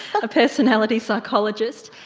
a personality psychologist.